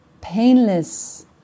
painless